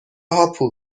هاپو